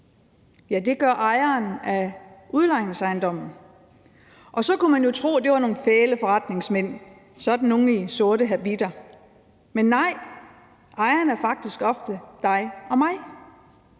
Ja, det skal ejeren af udlejningsejendommen. Så kunne man jo tro, at det var nogle fæle forretningsmænd, altså sådan nogle i sorte habitter, men nej, ejeren er faktisk ofte dig og mig.